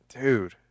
dude